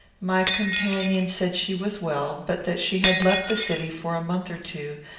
my companion said she was well, but that she had left the city for a month or two,